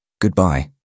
Goodbye